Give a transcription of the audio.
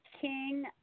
King